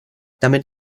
damit